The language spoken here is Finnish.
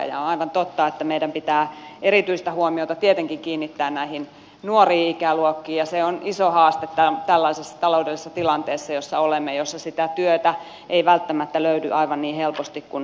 on aivan totta että meidän pitää erityistä huomiota kiinnittää tietenkin näihin nuoriin ikäluokkiin ja se on iso haaste tällaisessa taloudellisessa tilanteessa jossa olemme jossa sitä työtä ei välttämättä löydy aivan niin helposti kuin toivoisimme